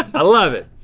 i love it.